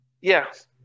Yes